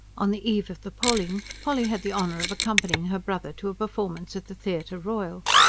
on the eve of the polling polly had the honour of accompanying her brother to a performance at the theatre royal.